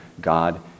God